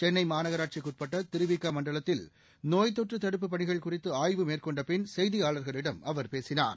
சென்னை மாநகராட்சிக்கு உட்பட்ட திரு வி க மண்டலத்தில் நோய் தொற்று தடுப்புப் பணிகள் குறித்து ஆய்வு மேற்கொண்ட பின் செய்தியாளர்களிடம் அவர் பேசினார்